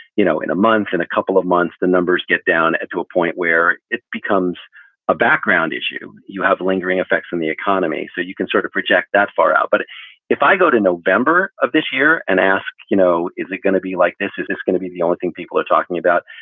you know, in a month, in a couple of months, the numbers get down to a point where it becomes a background issue. you have lingering effects from the economy. so you can sort of reject that far out. but if i go to november of this year and ask, you know, is it going to be like this? is this going to be the only thing people are talking about?